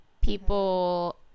people